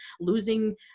losing